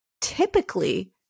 typically